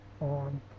on